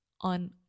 on